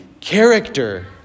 character